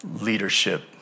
leadership